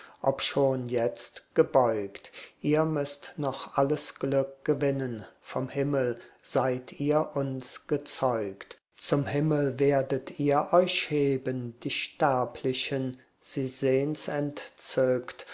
obschon jetzt gebeugt ihr müßt noch alles glück gewinnen vom himmel seid ihr uns gezeugt zum himmel werdet ihr euch heben die sterblichen sie sehn's